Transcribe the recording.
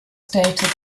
stated